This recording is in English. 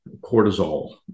cortisol